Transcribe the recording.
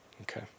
Okay